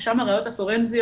ששם הראיות הפורנזיות,